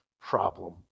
problem